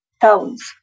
towns